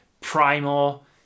primal